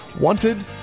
Wanted